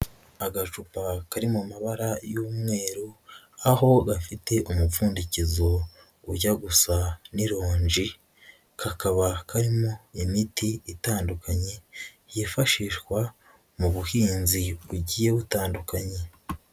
Agacupa kari mu mabara y'umweru, aho gafite umupfundikizo ujya gusa n'ironji, kakaba karimo imiti itandukanye yifashishwa mu buhinzi bugiye butandukanye.